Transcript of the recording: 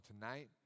tonight